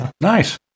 Nice